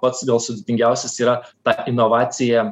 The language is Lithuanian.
pats gal sudėtingiausias yra ta inovaciją